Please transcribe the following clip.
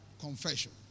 confession